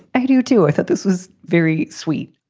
i do, too. i thought this was very sweet.